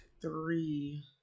three